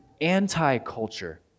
anti-culture